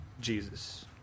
Jesus